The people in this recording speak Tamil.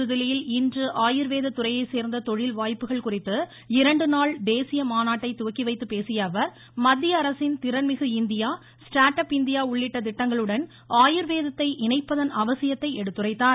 புதுதில்லியில் இன்று ஆயுர்வேத துறையைச் சேர்ந்த தொழில் வாய்ப்புகள் குறித்து இரண்டு நாள் தேசிய மாநாட்டை துவக்கிவைத்துப் பேசியஅவர் மத்தியஅரசின் திறன்மிகு இந்தியா ஸ்டர்ர்ட் அப் இந்தியா உள்ளிட்ட திட்டங்களுடன் ஆயுர்வேதத்தை இணைப்பதன் அவசியத்தை எடுத்துரைத்தார்